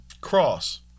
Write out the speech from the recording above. Cross